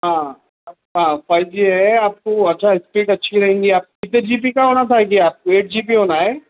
ہاں ہاں five G ہے آپ کو اچھا اسپیڈ اچھی رہیں گی آپ کتنے جی بی کا ہونا تھا جی آپ کو ایٹ جی بی ہونا ہے